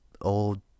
old